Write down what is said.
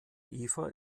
eva